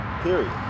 period